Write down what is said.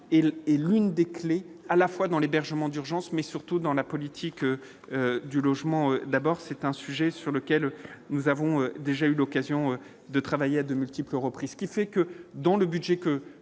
est l'une des clés à la fois dans l'hébergement d'urgence, mais surtout dans la politique du logement d'abord c'est un sujet sur lequel nous avons déjà eu l'occasion de travailler à de multiples reprises, ce qui fait que dans le budget que